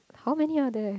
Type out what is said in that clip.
how many are there